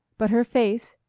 but her face,